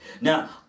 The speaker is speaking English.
Now